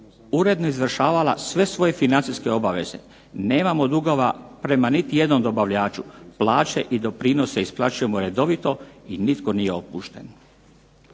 uredno izvršavala sve svoje financijske obaveze, nemamo dugova prema niti jednom dobavljaču, plaće i doprinose isplaćujemo redovito i nitko nije otpušten.